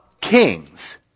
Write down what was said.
kings